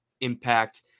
impact